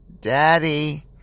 daddy